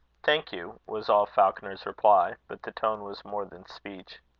thank you, was all falconer's reply but the tone was more than speech.